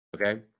okay